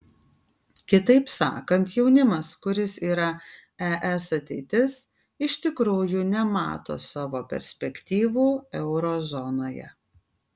kitaip sakant jaunimas kuris yra es ateitis iš tikrųjų nemato savo perspektyvų euro zonoje